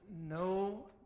no